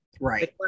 right